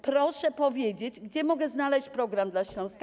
Proszę powiedzieć, gdzie mogę znaleźć program dla Śląska.